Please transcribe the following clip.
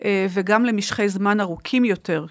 וגם למשכי זמן ארוכים יותר.